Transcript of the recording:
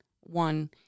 one